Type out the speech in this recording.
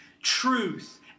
truth